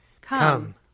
Come